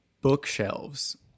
Bookshelves